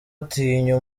atinya